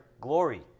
glory